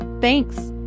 Thanks